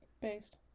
based